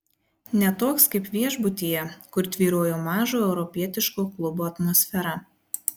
ne toks kaip viešbutyje kur tvyrojo mažo europietiško klubo atmosfera